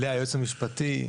היועץ המשפטי,